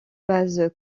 base